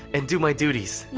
and do my duties.